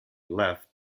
left